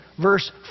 verse